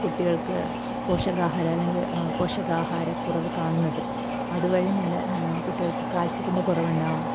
കുട്ടികൾക്ക് പോഷകാഹാരം അല്ലെങ്കിൽ പോഷകാഹാരക്കുറവ് കാണുന്നത് അതുവഴി തന്നെ കുട്ടികൾക്ക് കാൽസ്യത്തിൻ്റെ കുറവുണ്ടാകാം